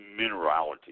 minerality